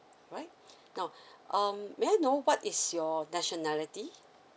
alright now um may I know what is your nationality